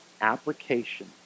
application